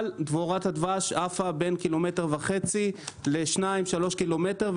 אבל דבורת הדבש עפה בין קילומטר וחצי לשניים שלושה קילומטר.